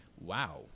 Wow